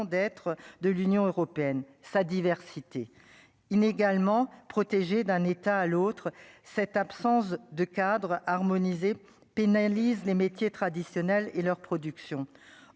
d'être de l'Union européenne, sa diversité, inégalement protégée d'un État à l'autre, cette absence de cadre harmonisé pénalise les métiers traditionnels et leur production,